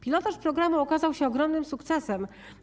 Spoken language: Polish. Pilotaż programu okazał się ogromnym sukcesem.